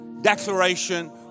declaration